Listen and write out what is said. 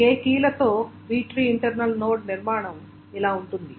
k కీలతో B tree internal node నిర్మాణం ఇలా ఉంటుంది